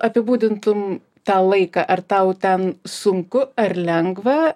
apibūdintum tą laiką ar tau ten sunku ar lengva